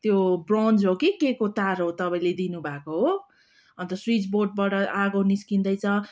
त्यो ब्रोन्ज हो कि के को तार हो तपाईँले दिनु भएको हो अन्त स्विच बोर्डबा आगो निस्किँदैछ